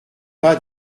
pas